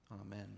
Amen